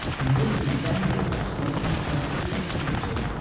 and yet we vandalise them and pay the penalty.